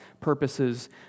purposes